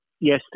yes